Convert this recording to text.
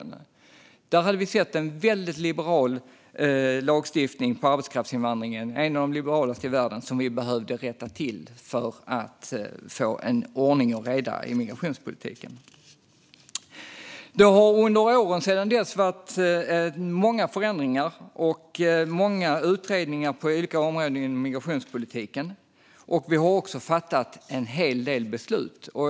Vi såg en väldigt liberal lagstiftning för arbetskraftsinvandring, en av de liberalaste i världen, och den behövde vi rätta till för att få ordning och reda i migrationspolitiken. Det har under åren sedan dess skett många förändringar och många utredningar på olika områden inom migrationspolitiken. Vi har också fattat en hel del beslut.